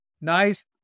nice